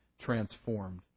transformed